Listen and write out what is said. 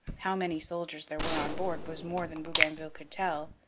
how many soldiers there were on board was more than bougainville could tell.